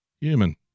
human